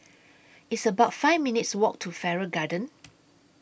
It's about five minutes' Walk to Farrer Garden